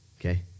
Okay